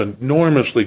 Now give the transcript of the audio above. enormously